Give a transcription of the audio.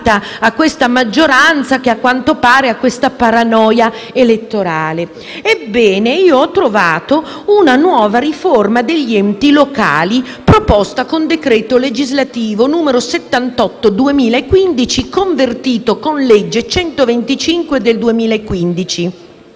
Ebbene, ho trovato una nuova riforma degli enti locali, proposta con il decreto legislativo n. 78 del 2015, convertito con la legge n. 125 del 2015.